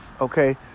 Okay